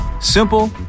Simple